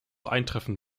eintreffen